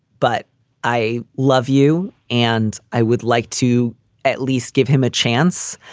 but i love you and i would like to at least give him a chance.